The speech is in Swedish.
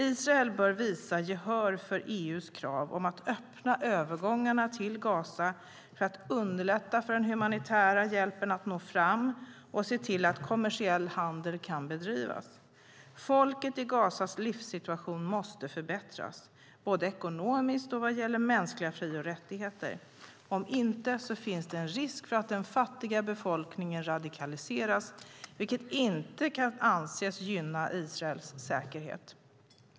Israel bör visa gehör för EU:s krav om att öppna övergångarna till Gaza för att underlätta för den humanitära hjälpen att nå fram och se till att kommersiell handel kan bedrivas. Livssituationen för folket i Gaza måste förbättras både ekonomiskt och vad gäller mänskliga fri och rättigheter. Om så inte sker finns en risk att den fattiga befolkningen radikaliseras, vilket inte kan anses gynna Israels säkerhet.